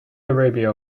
arabia